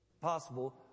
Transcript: possible